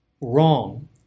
wrong